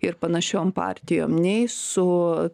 ir panašiom partijom nei su